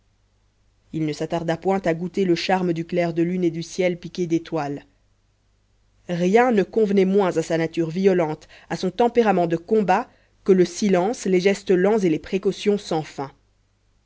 il ne s'attarda point à goûter le charme du clair de lune et du ciel piqué d'étoiles rien ne convenait moins à sa nature violente à son tempérament de combat que le silence les gestes lents et les précautions sans fin